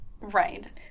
Right